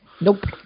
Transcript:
Nope